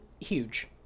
huge